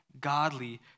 godly